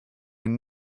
and